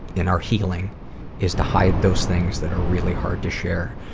in our healing is to hide those things that are really hard to share.